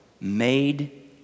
made